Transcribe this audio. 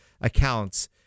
accounts